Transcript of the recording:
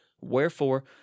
Wherefore